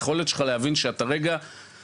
היכולת שלך להבין שאתה עובד,